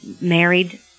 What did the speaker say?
married